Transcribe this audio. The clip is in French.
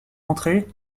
entrer